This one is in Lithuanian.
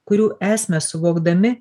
kurių esmę suvokdami